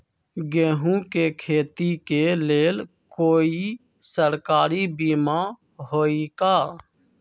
गेंहू के खेती के लेल कोइ सरकारी बीमा होईअ का?